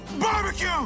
Barbecue